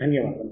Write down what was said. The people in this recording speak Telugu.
ధన్యవాదాలు